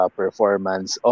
performance